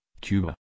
Cuba